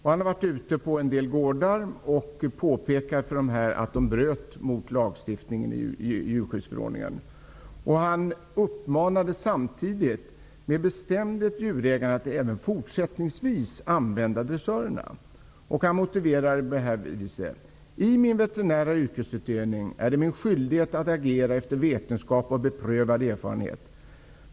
Han har varit ute på en del gårdar och påpekat att man där bryter mot djurskyddsförordningen. Samtidigt uppmanade han med bestämdhet djurägarna att även fortsättningsvis använda dressörer. Han motiverar det på följande sätt: ''I min veterinära yrkesutövning är det min skyldighet att agera efter vetenskap och beprövad erfarenhet.